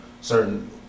certain